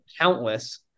countless